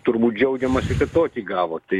turbūt džiaugiamasikad tokį gavo tai